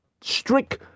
strict